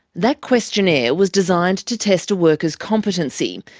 that questionnaire was designed to test a worker's competency.